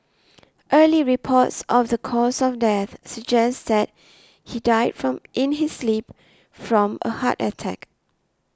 early reports of the cause of death suggests that he died from in his sleep from a heart attack